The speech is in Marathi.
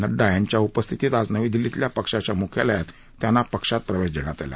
नड्डा यांच्या उपस्थितीत आज नवी दिल्लीतल्या पक्षाच्या मुख्यालयात त्यांना पक्षात प्रवेश देण्यात आला